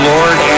Lord